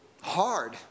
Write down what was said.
hard